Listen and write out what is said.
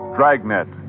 Dragnet